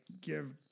give